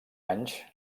anys